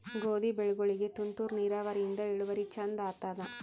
ಗೋಧಿ ಬೆಳಿಗೋಳಿಗಿ ತುಂತೂರು ನಿರಾವರಿಯಿಂದ ಇಳುವರಿ ಚಂದ ಆತ್ತಾದ?